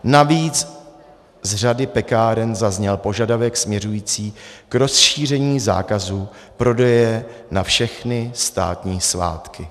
Navíc z řady pekáren zazněl požadavek směřující k rozšíření zákazu prodeje na všechny státní svátky.